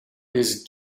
his